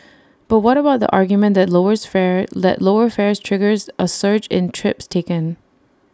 but what about the argument that lowers fare let lower fares triggers A surge in trips taken